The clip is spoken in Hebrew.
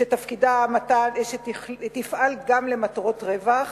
שתפעל גם למטרות רווח,